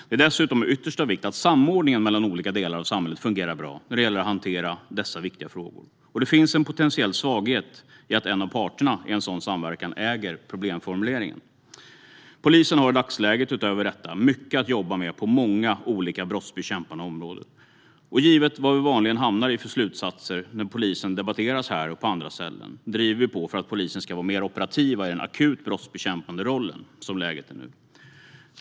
Det är dessutom av yttersta vikt att samordningen mellan olika delar av samhället fungerar bra när det gäller att hantera dessa viktiga frågor, och det finns en potentiell svaghet i att en av parterna i en sådan samverkan äger problemformuleringen. Polisen har i dagsläget utöver detta mycket att jobba med på många olika brottsbekämpande områden. Och givet vad vi vanligen hamnar i för slutsatser när polisen debatteras här och på andra ställen driver vi på för att polisen ska vara mer operativ i den akuta brottsbekämpande rollen - som läget är nu.